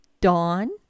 Dawn